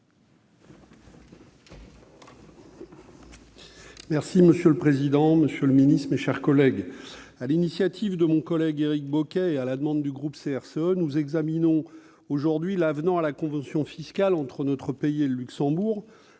Monsieur le président, monsieur le ministre, mes chers collègues, sur l'initiative collègue Éric Bocquet et à la demande du groupe CRCE, nous examinons aujourd'hui l'avenant à la convention fiscale entre notre pays et le Luxembourg,